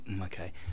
okay